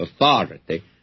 authority